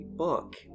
book